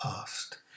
asked